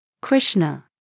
Krishna